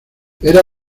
era